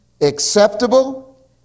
acceptable